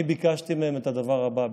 אני ביקשתי מהם את הדבר הבא,